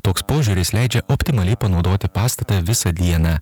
toks požiūris leidžia optimaliai panaudoti pastatą visą dieną